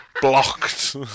Blocked